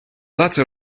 latter